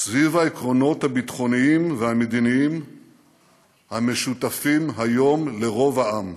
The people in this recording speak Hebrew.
סביב העקרונות הביטחוניים והמדיניים המשותפים היום לרוב העם.